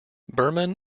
berman